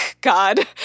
god